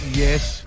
yes